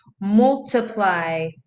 multiply